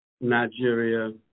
Nigeria